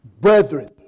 Brethren